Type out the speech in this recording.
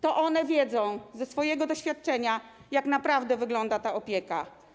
To one wiedzą, ze swojego doświadczenia, jak naprawdę wygląda ta opieka.